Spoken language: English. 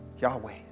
Yahweh